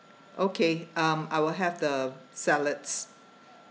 okay um I will have the salads